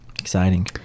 exciting